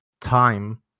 time